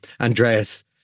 Andreas